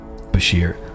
Bashir